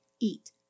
eat